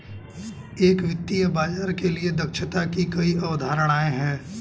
एक वित्तीय बाजार के लिए दक्षता की कई अवधारणाएं हैं